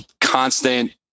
constant